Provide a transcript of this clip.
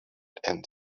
and